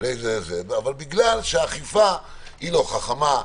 בגלל שהאכיפה לא חכמה,